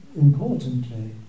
importantly